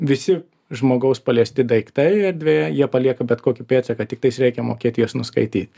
visi žmogaus paliesti daiktai erdvėje jie palieka bet kokį pėdsaką tiktais reikia mokėti juos nuskaityt